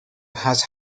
has